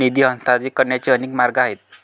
निधी हस्तांतरित करण्याचे अनेक मार्ग आहेत